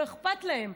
לא אכפת להם.